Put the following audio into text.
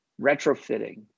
retrofitting